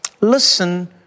Listen